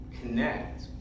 connect